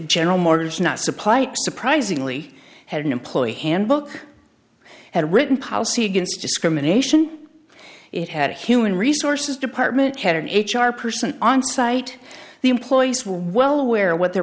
general motors not supply surprisingly had an employee handbook had a written policy against discrimination it had a human resources department head and h r person onsite the employees were well aware of what their